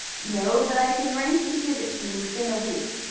no, but i can arrange to give it to you within a week.